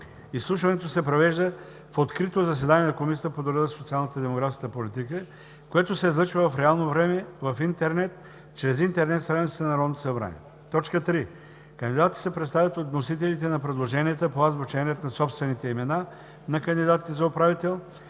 Изслушването се провежда в открито заседание на Комисията по труда, социалната и демографската политика, което се излъчва в реално време в интернет чрез интернет страницата на Народното събрание. 3. Кандидатите се представят от вносителите на предложенията по азбучен ред на собствените имена на кандидатите за управител